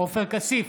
עופר כסיף,